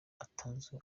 atazwi